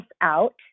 out